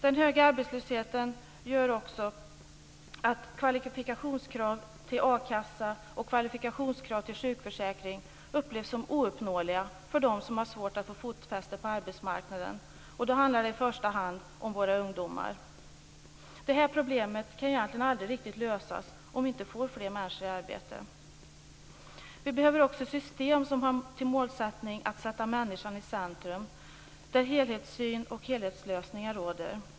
Den höga arbetslösheten gör också att kvalifikationskrav till a-kassa och sjukförsäkring upplevs som ouppnåeliga för dem som har svårt att få fotfäste på arbetsmarknaden. Det handlar i första hand om våra ungdomar. Det här problemet kan egentligen aldrig riktigt lösas om vi inte får fler människor i arbete. Vi behöver också system som har till målsättning att sätta människan i centrum, där helhetssyn och helhetslösningar råder.